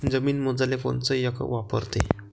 जमीन मोजाले कोनचं एकक वापरते?